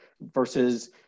versus